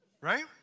right